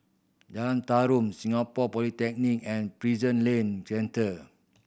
Jalan Tarum Singapore Polytechnic and Prison Link Centre